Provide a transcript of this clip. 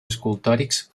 escultòrics